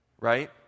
Right